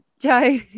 Joe